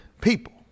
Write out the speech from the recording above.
people